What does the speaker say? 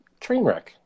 Trainwreck